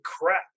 crap